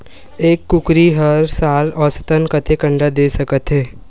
एक कुकरी हर साल औसतन कतेक अंडा दे सकत हे?